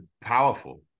powerful